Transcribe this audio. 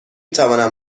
توانم